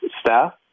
staff